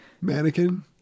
Mannequin